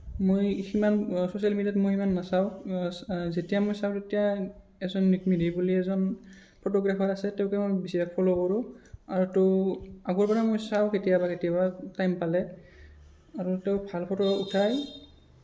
মই সিমান ছ'চিয়েল মিডিয়াত মই ইমান নাচাওঁ যেতিয়া মই চাওঁ তেতিয়া এজন নিক মেধি বুলি এজন ফটোগ্ৰাফাৰ আছে তেওঁকেই মই বেছিভাগ ফ'লো কৰোঁ আৰুতো আগৰ পৰাই মই চাওঁ কেতিয়াবা কেতিয়াবা টাইম পালে আৰু তেওঁ ভাল ফটো উঠায়